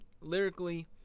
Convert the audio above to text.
lyrically